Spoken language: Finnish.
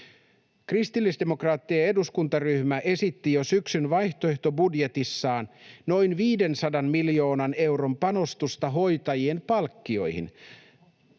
Kristillisdemokraattien eduskuntaryhmä esitti jo syksyn vaihtoehtobudjetissaan noin 500 miljoonan euron panostusta hoitajien palkkoihin,